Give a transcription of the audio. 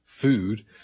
food